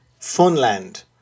Funland